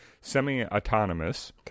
semi-autonomous